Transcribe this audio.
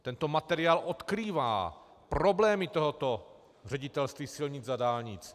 Tento materiál odkrývá problémy tohoto Ředitelství silnic a dálnic.